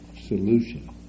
solution